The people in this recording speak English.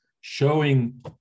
showing